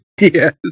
Yes